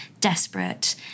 desperate